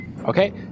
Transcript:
Okay